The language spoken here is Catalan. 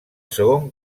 segon